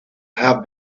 her